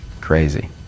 crazy